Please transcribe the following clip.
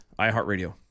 iHeartRadio